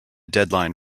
deadline